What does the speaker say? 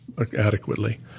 adequately